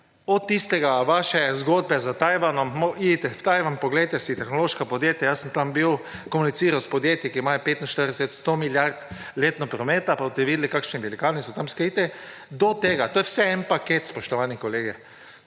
od tiste vaše zgodbe s Tajvanom… Pojdite v Tajvan, poglejte si tehnološka podjetja – jaz sem tam bil, komuniciral s podjetji, ki imajo 45, 100 milijard letno prometa –, pa boste videli, kakšni velikani so tam skriti, do tega. To je vse en paket, spoštovani kolegi!